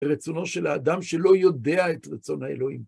ורצונו של האדם שלא יודע את רצון האלוהים.